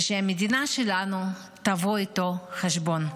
ושהמדינה שלנו תבוא איתו חשבון.